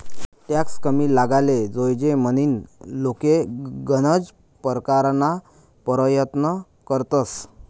tax कमी लागाले जोयजे म्हनीन लोके गनज परकारना परयत्न करतंस